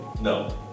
No